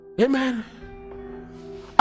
Amen